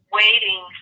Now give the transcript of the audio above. waiting